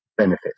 benefit